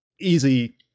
easy